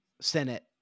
Senate